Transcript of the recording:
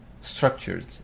structured